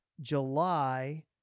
July